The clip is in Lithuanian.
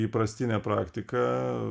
įprastinė praktika